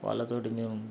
వాళ్ళతోటి మేము